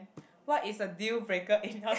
what is a deal breaker in